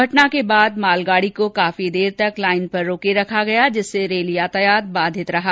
घटना के बाद मालगाड़ी को काफी देर तक लाईन पर रोके रखा गया जिससे रेल यातायात बाधित रहा